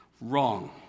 wrong